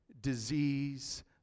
disease